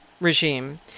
regime